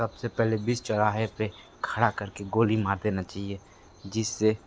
सब से पहले बीच चौराहे पर खड़ा कर के गोली मार देना चाहिए जिस से